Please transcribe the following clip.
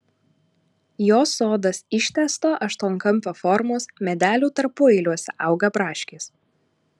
jo sodas ištęsto aštuonkampio formos medelių tarpueiliuose auga braškės